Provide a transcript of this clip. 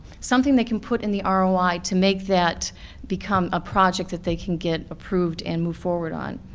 something they can put in the um roi to make that become a project that they can get approved and move forward on.